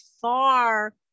far